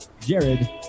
Jared